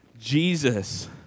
Jesus